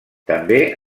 també